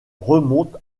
remonte